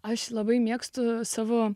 aš labai mėgstu savo